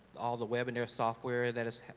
all the webinar software that is,